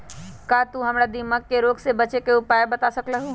का तू हमरा दीमक के रोग से बचे के उपाय बता सकलु ह?